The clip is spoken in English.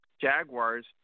Jaguars